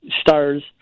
stars